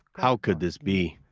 how could this be?